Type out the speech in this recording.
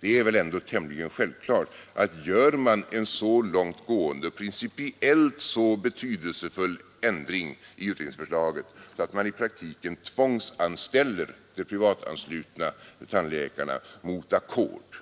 Det är väl ändå tämligen självklart att gör man en så långt gående och principiellt betydelsefull ändring i utredningsförslaget att man i praktiken tvångsanställer de privatanslutna tandläkarna mot ackord —